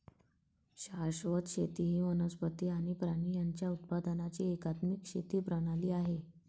शाश्वत शेती ही वनस्पती आणि प्राणी यांच्या उत्पादनाची एकात्मिक शेती प्रणाली आहे